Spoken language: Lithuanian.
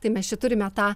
tai mes čia turime tą